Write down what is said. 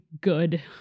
good